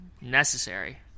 necessary